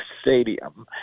stadium